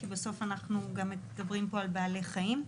כי בסוף אנחנו גם מדברים פה על בעלי חיים.